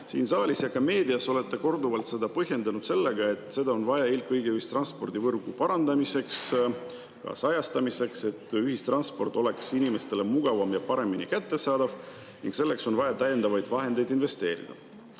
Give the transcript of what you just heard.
Siin saalis ja ka meedias olete korduvalt seda põhjendanud sellega, et seda on vaja eelkõige ühistranspordivõrgu parandamiseks ja kaasajastamiseks, selleks, et ühistransport oleks mugavam ja inimestele paremini kättesaadav. Seetõttu on vaja täiendavaid vahendeid investeerida.